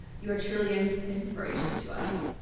you are truly and an inspiration to us.